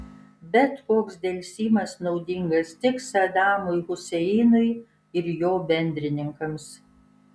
bet koks delsimas naudingas tik sadamui huseinui ir jo bendrininkams